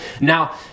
Now